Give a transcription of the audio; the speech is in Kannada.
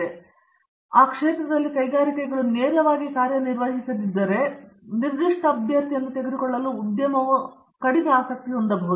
ಆದ್ದರಿಂದ ಆ ಕ್ಷೇತ್ರದಲ್ಲಿ ಕೈಗಾರಿಕೆಗಳು ನೇರವಾಗಿ ಕಾರ್ಯನಿರ್ವಹಿಸದಿದ್ದರೆ ಅವರು ನಿರ್ದಿಷ್ಟ ಅಭ್ಯರ್ಥಿಯನ್ನು ನೋಡಲು ಸ್ವಲ್ಪ ಕಡಿಮೆ ಆಸಕ್ತಿದಾಯಕವಾಗಿರಬಹುದು